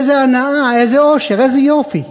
איזו הנאה, איזה אושר, איזה יופי.